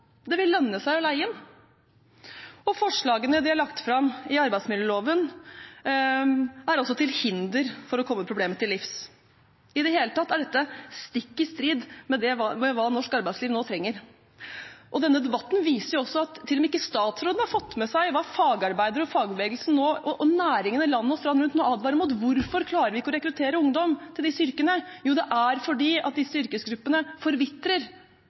Det vil lønne seg å leie inn. Og forslagene de har lagt fram i arbeidsmiljøloven, er også til hinder for å komme problemet til livs. I det hele tatt er dette stikk i strid med det norsk arbeidsliv nå trenger. Denne debatten viser også at ikke engang statsråden har fått med seg hva fagarbeiderne, fagbevegelsen og næringene land og strand rundt nå advarer om: Hvorfor klarer vi ikke å rekruttere ungdom til disse yrkene? Jo, det er fordi disse yrkesgruppene forvitrer